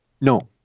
no